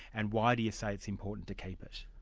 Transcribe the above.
and why do you say it's important to keep it?